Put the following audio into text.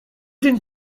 den